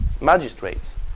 magistrates